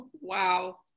Wow